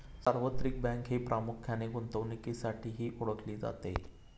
सार्वत्रिक बँक ही प्रामुख्याने गुंतवणुकीसाठीही ओळखली जाते